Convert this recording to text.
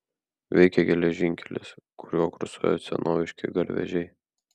veikia geležinkelis kuriuo kursuoja senoviški garvežiai